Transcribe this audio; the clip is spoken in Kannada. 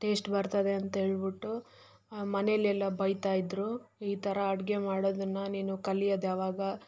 ಟೇಸ್ಟ್ ಬರ್ತದೆ ಅಂತ್ಹೇಳಿ ಬಿಟ್ಟು ಮನೆಯಲ್ಲೆಲ್ಲ ಬೈತಾ ಇದ್ದರು ಈ ಥರ ಅಡುಗೆ ಮಾಡೋದನ್ನು ನೀನು ಕಲಿಯೋದ್ ಯಾವಾಗ